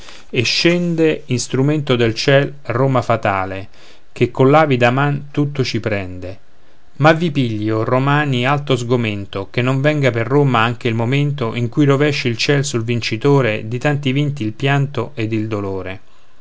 e scende istrumento del ciel roma fatale che coll'avida man tutto ci prende ma vi pigli o romani alto sgomento che non venga per roma anche il momento in cui rovesci il ciel sul vincitore di tanti vinti il pianto ed il dolore